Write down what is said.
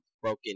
broken